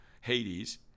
Hades